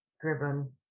driven